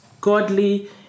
godly